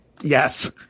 yes